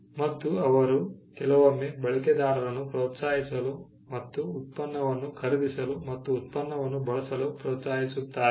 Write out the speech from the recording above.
ಮತ್ತು ಅವರು ಕೆಲವೊಮ್ಮೆ ಬಳಕೆದಾರರನ್ನು ಪ್ರೋತ್ಸಾಹಿಸಲು ಮತ್ತು ಉತ್ಪನ್ನವನ್ನು ಖರೀದಿಸಲು ಮತ್ತು ಉತ್ಪನ್ನವನ್ನು ಬಳಸಲು ಪ್ರೋತ್ಸಾಹಿಸುತ್ತಾರೆ